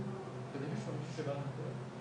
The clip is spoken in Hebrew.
שאני רוצה להתמקד בשיח שלא כל כך דובר